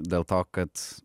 dėl to kad